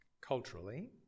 Culturally